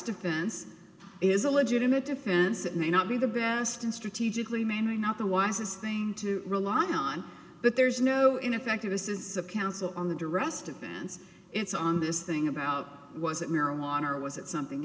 defense is a legitimate defense it may not be the best in strategically mainly not the wisest thing to rely on but there's no ineffective this is a council on the directive dance it's on this thing about was it marijuana or was it something